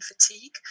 fatigue